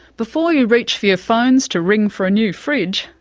before you reach for your phones to ring for a new fridge,